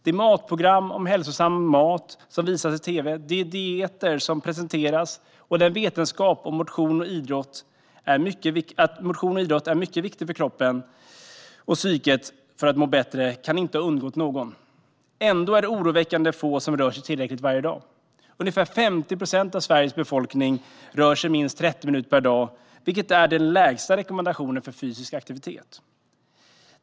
De program om hälsosam mat som visas i tv, de dieter som presenteras och vetskapen att motion och idrott är mycket viktigt för att kroppen och psyket ska må bättre kan inte ha undgått någon. Ändå är det oroväckande få som rör sig tillräckligt varje dag. Ungefär 50 procent av Sveriges befolkning rör sig minst 30 minuter per dag, vilket är den lägsta rekommendationen för fysisk aktivitet.